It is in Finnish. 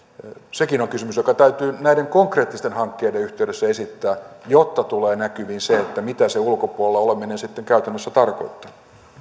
sekin on kysymys joka täytyy näiden konkreettisten hankkeiden yhteydessä esittää jotta tulee näkyviin se mitä se ulkopuolella oleminen sitten käytännössä tarkoittaa